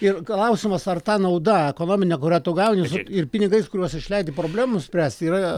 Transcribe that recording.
ir klausimas ar ta nauda ekonominė kurią tu gauni ir pinigais kuriuos išleidi problemų spręst yra